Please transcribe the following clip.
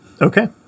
Okay